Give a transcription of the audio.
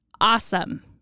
Awesome